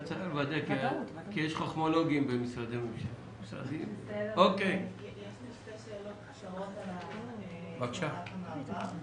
יש לי שתי שאלות קצרות על תקופת המעבר.